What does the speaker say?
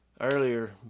earlier